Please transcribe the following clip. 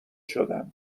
شدم